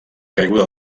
caiguda